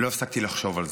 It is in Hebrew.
לא הפסקתי לחשוב על זה.